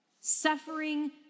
Suffering